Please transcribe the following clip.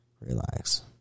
Relax